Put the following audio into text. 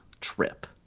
trip